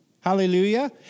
Hallelujah